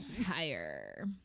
higher